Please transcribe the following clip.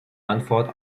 antwort